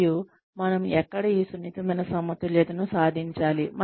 మరియు మనం ఎక్కడ ఈ సున్నితమైన సమతుల్యతను సాధించాలి